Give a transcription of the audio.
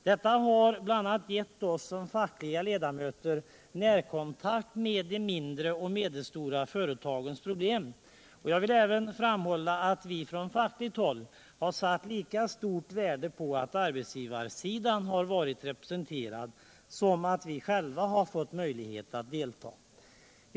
Detta har bl.a. gett oss, som fackliga ledamöter, närkontakt med de mindre och medelstora företagens problem, och jag vill även framhålla att vi från fackligt håll satt lika stort värde på att arbetsgivarsidan varit representerad som på att vi själva fått möjlighet att delta.